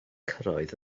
cyrraedd